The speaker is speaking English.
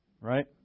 right